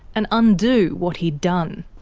and undo what he'd done.